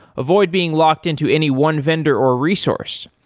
avoid being locked into any one vendor or resource.